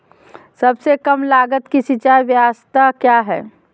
सबसे कम लगत की सिंचाई ब्यास्ता क्या है?